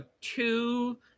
two